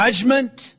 judgment